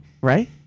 Right